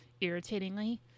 irritatingly